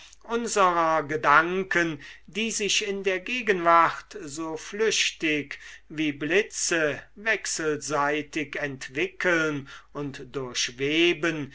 gedanken die sich in der gegenwart so flüchtig wie blitze wechselseitig entwickeln und durchweben